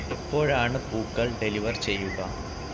എപ്പോഴാണ് പൂക്കൾ ഡെലിവർ ചെയ്യുക